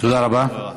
תודה רבה.